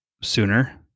sooner